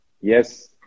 Yes